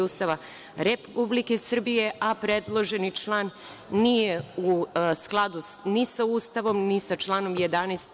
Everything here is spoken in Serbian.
Ustava Republike Srbije, a predloženi član nije u skladu ni sa Ustavom ni sa članom 11.